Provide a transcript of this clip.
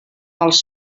els